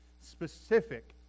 specific